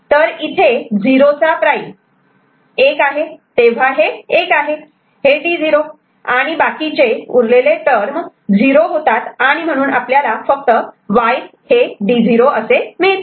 तर इथे 0 चा प्राईम 1 आहे तेव्हा हे एक आहे हे D0 आणि बाकीचे उरलेले टर्म 0 होतात आणि म्हणून आपल्याला Y D0 असे मिळते